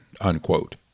unquote